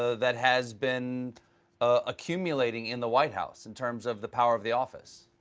that has been ah accumulating in the white house in terms of the power of the office?